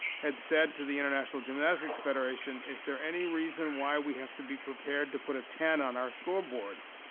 had said to the international gymnastics federation, is there any reason why we have to be prepared to put a ten on our scoreboards?